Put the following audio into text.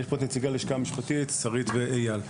יש פה את נציגי הלשכה המשפטית שרית ואייל.